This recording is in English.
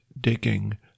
digging